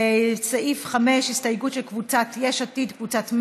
הסתייגות 5,